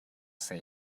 say